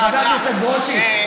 חבר הכנסת ברושי,